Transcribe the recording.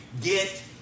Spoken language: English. Get